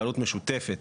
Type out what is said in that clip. בעלות משותפת